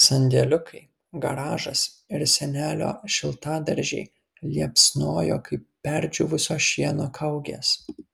sandėliukai garažas ir senelio šiltadaržiai liepsnojo kaip perdžiūvusio šieno kaugės